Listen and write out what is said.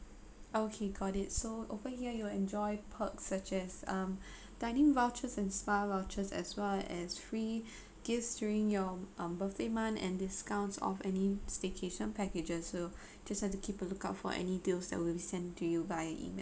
okay got it so over here you'd enjoyed perks such as um dining vouchers and spa vouchers as well as free gifts during your um birthday month and discounts of any staycation packages so just have to keep a lookout for any deals that will be sent to you by email